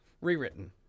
rewritten